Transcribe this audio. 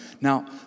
Now